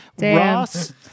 Ross